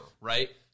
right